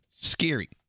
scary